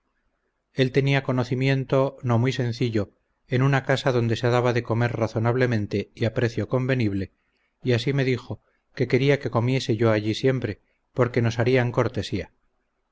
él tenía conocimiento no muy sencillo en una casa donde se daba de comer razonablemente y a precio convenible y así me dijo que quería que comiese yo allí siempre porque nos harían cortesía